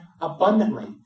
abundantly